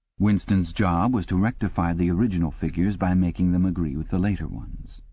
winston's job was to rectify the original figures by making them agree with the later ones.